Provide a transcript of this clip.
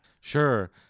Sure